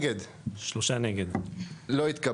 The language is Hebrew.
הצבעה בעד, 2 נגד, 3 נמנעים, 0 הרביזיה לא התקבלה.